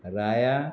राया